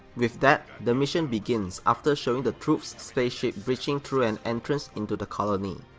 with that, the mission begins after showing the troop's space ship breaching through an entrance into the colony.